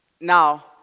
Now